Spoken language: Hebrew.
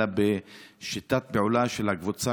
אלא בשיטת פעולה של הקבוצה,